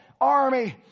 army